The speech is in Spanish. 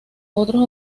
otros